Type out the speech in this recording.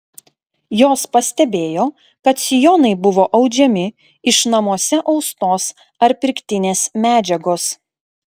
jos pastebėjo kad sijonai buvo audžiami iš namuose austos ar pirktinės medžiagos